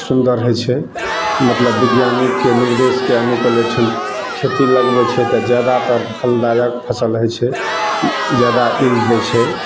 सुन्दर होइ छै मतलब बिज्ञानिकके निर्देशके अनुकूल जे छै खेती लगबै छै तऽ जादातर फलदायक फसल होइ छै ओ जादा इल दै छै